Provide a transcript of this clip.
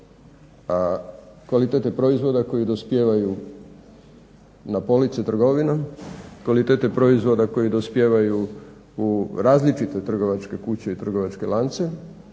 kvalitete proizvoda koji dospijevaju na police trgovina, kvalitete proizvoda koji dospijevaju u različite trgovačke kuće i trgovačke lance